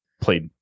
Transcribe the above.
played